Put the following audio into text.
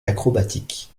acrobatique